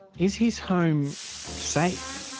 is his home safe?